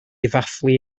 ddathlu